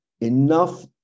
enough